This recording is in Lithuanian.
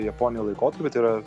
japonijoj laikotarpį tai yra